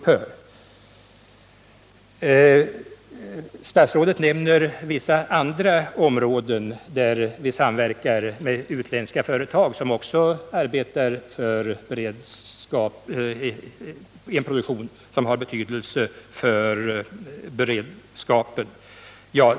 Statsrådet nämner vissa andra områden där vi samverkar med utländska företag som också arbetar med en produktion som har betydelse för beredskapen.